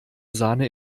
sahne